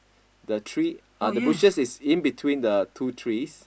the tree uh the bushes is in between the two trees